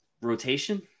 Rotation